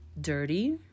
dirty